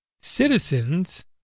Citizens